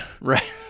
right